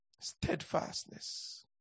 steadfastness